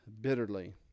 bitterly